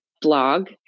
blog